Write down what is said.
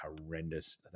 horrendous –